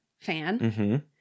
fan